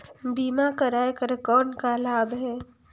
बीमा कराय कर कौन का लाभ है?